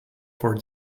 for